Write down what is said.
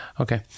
Okay